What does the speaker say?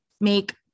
make